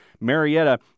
Marietta